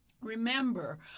Remember